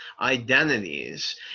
identities